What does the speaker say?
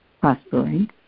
prospering